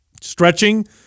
Stretching